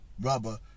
rubber